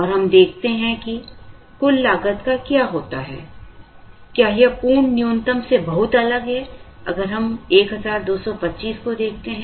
और हम देखते हैं कि कुल लागत का क्या होता है क्या यह पूर्ण न्यूनतम से बहुत अलग है अगर हम 1225 को देखते हैं